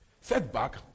Setback